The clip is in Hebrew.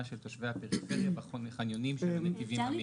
של תושבי הפריפריה בחניונים של הנתיבים המהירים.